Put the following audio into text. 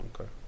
Okay